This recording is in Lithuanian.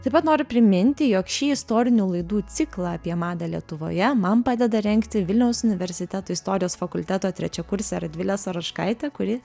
taip pat noriu priminti jog šį istorinių laidų ciklą apie madą lietuvoje man padeda rengti vilniaus universiteto istorijos fakulteto trečiakursė radvilė saročkaitė kuri